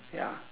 ya